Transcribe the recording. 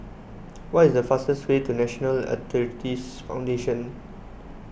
what is the fastest way to National Arthritis Foundation